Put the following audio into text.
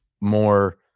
more